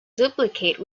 duplicate